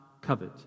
covet